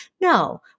No